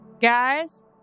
guys